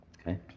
Okay